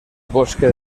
bosque